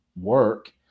work